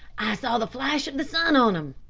i saw the flash of the sun on them.